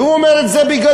והוא אומר את זה בגלוי.